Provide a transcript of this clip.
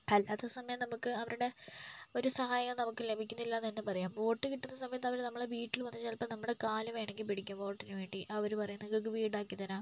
അല്ലാത്ത സമയം നമുക്ക് അവരുടെ ഒരു സഹായവും നമുക്ക് ലഭിക്കുന്നില്ല എന്ന് തന്നെ പറയാം വോട്ട് കിട്ടുന്ന സമയത്ത് അവര് നമ്മളെ വീട്ടില് വന്ന് ചിലപ്പോൾ നമ്മുടെ കാല് വേണമെങ്കിൽ പിടിക്കും വോട്ടിന് വേണ്ടി അവര് പറയും നിങ്ങൾക്ക് വീടാക്കി തരാം